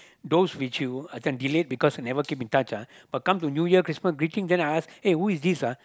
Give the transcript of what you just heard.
those which you as in delayed because you never keep in touch ah but come to New Year Christmas greeting then I ask eh who is this ah